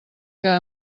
que